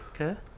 Okay